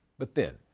but then,